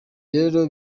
rero